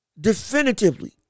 definitively